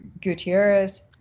Gutierrez